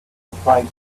applied